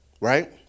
right